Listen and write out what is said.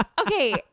okay